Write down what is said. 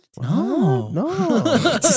No